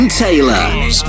Taylor